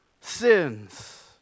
sins